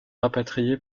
rapatrié